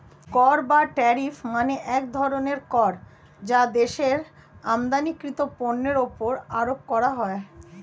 কর বা ট্যারিফ মানে এক ধরনের কর যা দেশের আমদানিকৃত পণ্যের উপর আরোপ করা হয়